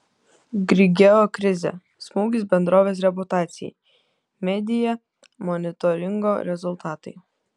grigeo krizė smūgis bendrovės reputacijai media monitoringo rezultatai